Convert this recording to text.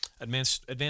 advanced